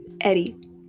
Eddie